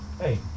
hey